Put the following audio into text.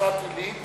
נצרת-עילית